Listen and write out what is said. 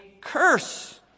curse